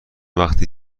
وقتی